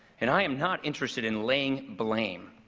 and i am not interested in laying blame.